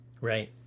Right